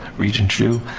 regent hsu,